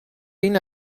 این